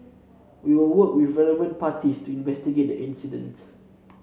we will work with relevant parties to investigate incident